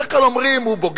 בדרך כלל אומרים: הוא בוגד.